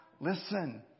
Listen